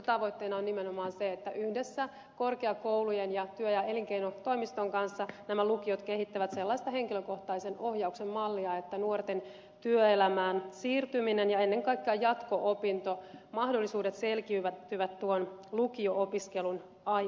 tavoitteena on nimenomaan se että yhdessä korkeakoulujen ja työ ja elinkeinotoimistojen kanssa nämä lukiot kehittävät sellaista henkilökohtaisen ohjauksen mallia että nuorten työelämään siirtyminen ja ennen kaikkea jatko opintomahdollisuudet selkiytyvät tuon lukio opiskelun aikana